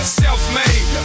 self-made